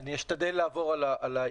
אני אשתדל לעבור על העיקר.